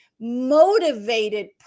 motivated